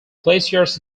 glaciers